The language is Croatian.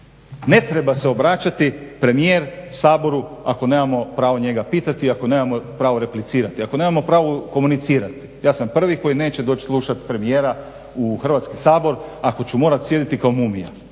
Ne treba se obraćati premijer Saboru ako nemamo pravo njega pitati i ako nemamo pravo replicirati, ako nemamo pravo komunicirati. Ja sam prvi koji neće doći slušati premijera u Hrvatski sabor ako ću morati sjediti kao mumija.